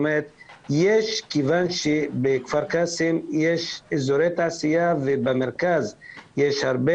כיוון שבכפר קאסם יש אזורי תעשייה ובמרכז יש הרבה